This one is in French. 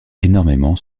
énormément